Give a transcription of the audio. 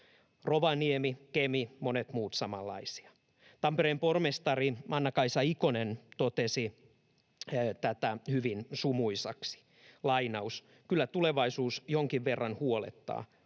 Rovaniemi, Kemi, monet muut ovat samanlaisia. Tampereen pormestari Anna-Kaisa Ikonen totesi tämän hyvin sumuisaksi. ”Kyllä tulevaisuus jonkin verran huolettaa.